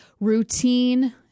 routine